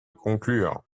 conclure